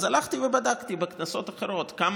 אז הלכתי ובדקתי בכנסות אחרות כמה